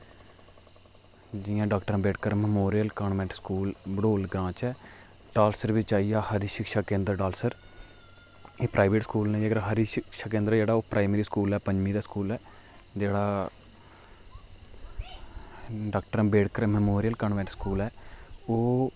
जियां doctor Ambedkar memorial convent school Badol ग्रांऽ ऐ डालसर बिच आइया हरि शिक्षा केंद्र डालसर एह् प्राईवेट स्कूल न हरि शिक्षा केंद्र जेह्ड़ा ओह् प्राईमरी स्कूल ऐ पंजमीं दा स्कूल ऐ जेह्ड़ा doctor Ambedkar memorial convent school ऐ ओह्